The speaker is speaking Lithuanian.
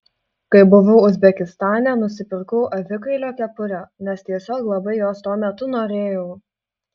kai buvau uzbekistane nusipirkau avikailio kepurę nes tiesiog labai jos tuo metu norėjau